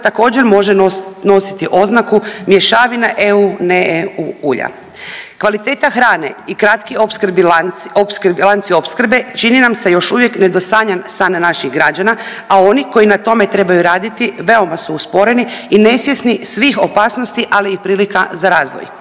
također može nositi oznaku „mješavina EU, ne EU ulja“. Kvaliteta hrane i kratki opskrbni lanci, lanci opskrbe čini nam se još uvijek nedosanjan san naših građana, a oni koji na tome trebaju raditi veoma su usporeni i nesvjesni svih opasnosti, ali i prilika za razvoj.